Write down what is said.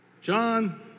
John